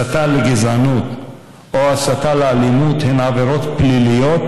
הסתה לגזענות או הסתה לאלימות הן עבירות פליליות,